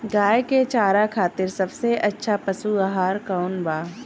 गाय के चारा खातिर सबसे अच्छा पशु आहार कौन बा?